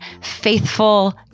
faithful